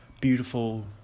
beautiful